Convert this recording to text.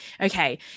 okay